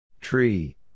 Tree